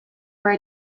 where